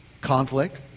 conflict